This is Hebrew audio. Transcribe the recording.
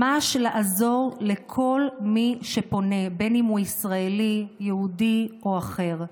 לעזור לכל מי שפונה, ישראלי, יהודי או אחר.